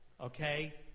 okay